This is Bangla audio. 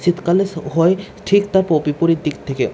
শীতকালে স হয় ঠিক তার পো বিপরীত দিক থেকে